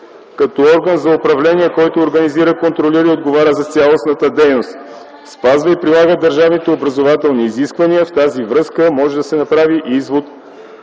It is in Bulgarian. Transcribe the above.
като орган за управление, който организира, контролира и отговаря за цялостната дейност, спазва и прилага държавните образователни изисквания. (Народният представител